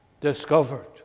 discovered